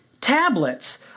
tablets